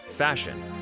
fashion